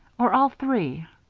or all three?